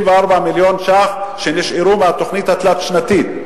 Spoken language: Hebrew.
מיליון השקלים שנשארו מהתוכנית התלת-שנתית.